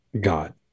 God